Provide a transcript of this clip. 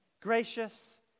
gracious